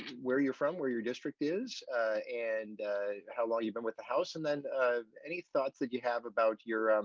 where you're from where your district is and how long you've been with the house and then any thoughts like you have about your